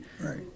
Right